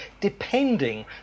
depending